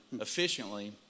efficiently